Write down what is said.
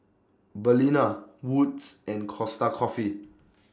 Balina Wood's and Costa Coffee